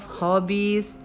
hobbies